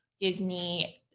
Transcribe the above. Disney